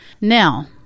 Now